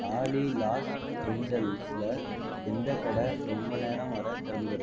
அலி லாஸ் ஏஞ்சல்ஸ்சில் எந்த கடை ரொம்ப நேரம் வரை திறந்து இருக்கும்